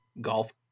golf